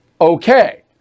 Okay